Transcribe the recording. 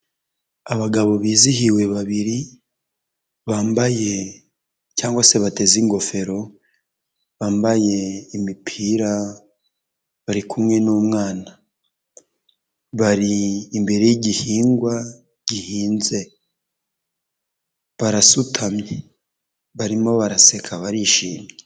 Abagabo bizihiwe babiri bambaye cyangwa se bateze ingofero bambaye imipira bari kumwe n'umwana, bari imbere y'igihingwa gihinze, barasutamye barimo baraseka barishimye.